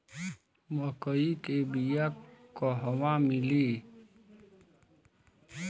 मक्कई के बिया क़हवा मिली?